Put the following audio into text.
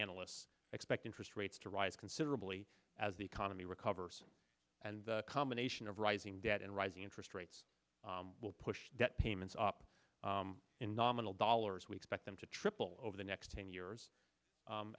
analysts expect interest rates to rise considerably as the economy recovers and the combination of rising debt and rising interest rates will push debt payments up in nominal dollars we expect them to triple over the next ten years